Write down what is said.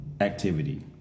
activity